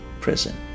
prison